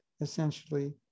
Essentially